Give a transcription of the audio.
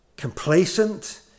complacent